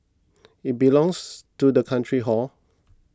it belongs to the country hor